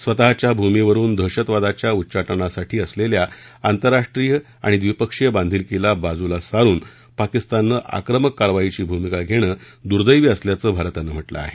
स्वतःच्या भूमीवरून दहशतवादाच्या उच्चाटनासाठी असलेल्या आंतरराष्ट्रीय आणि द्विपक्षीय बांधिलकीला बाजूला सारून पाकिस्ताननं आक्रमक कारवाईची भूमिका घेणं दुदैवी असल्याचं भारतान म्हटलं आहे